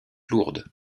lourde